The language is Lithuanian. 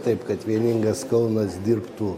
taip kad vieningas kaunas dirbtų